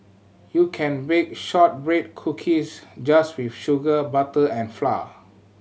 you can bake shortbread cookies just with sugar butter and flour